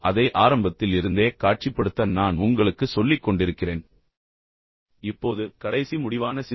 அதை ஆரம்பத்தில் இருந்தே காட்சிப்படுத்த நான் உங்களுக்குச் சொல்லிக் கொண்டிருக்கிறேன் இப்போது கடைசி முடிவான சிந்தனை